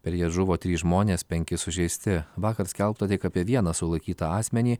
per jas žuvo trys žmonės penki sužeisti vakar skelbta tik apie vieną sulaikytą asmenį